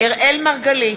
אראל מרגלית,